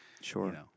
Sure